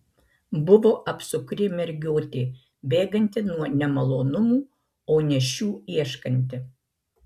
buvo apsukri mergiotė bėganti nuo nemalonumų o ne šių ieškanti